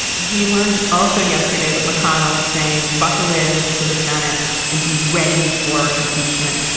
we learned also yesterday that mcconnell is saying buckle in to the senate and be ready for impeachment.